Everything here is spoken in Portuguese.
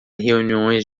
reuniões